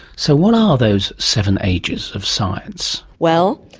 so what are those seven ages of science? well,